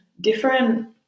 different